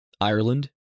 Ireland